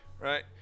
right